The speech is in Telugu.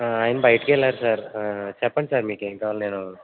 ఆయన బయటికి వెళ్లారు సార్ చెప్పండి సార్ మీకు ఏమి కావాలి నేను